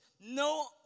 no